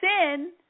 sin –